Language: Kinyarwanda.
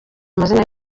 amazina